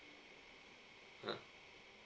uh